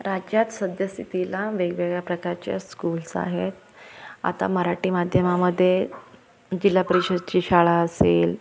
राज्यात सद्यस्थितीला वेगवेगळ्या प्रकारच्या स्कूल्स आहेत आता मराठी माध्यमामध्ये जिल्हा परिषदेची शाळा असेल